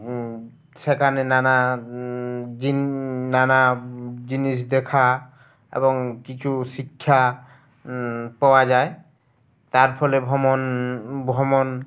সেখানে নানা জিন নানা জিনিস দেখা এবং কিছু শিক্ষা পাওয়া যায় তার ফলে ভ্রমণ ভ্রমণ